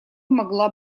могла